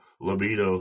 libido